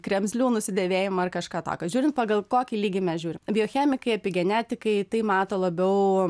kremzlių nusidėvėjimą ar kažką tokio žiūrint pagal kokį lygį mes žiūrim biochemikai epigenetikai tai mato labiau